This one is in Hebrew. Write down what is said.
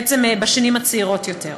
בעצם בשנים הצעירות יותר.